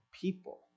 people